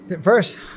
First